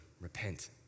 repent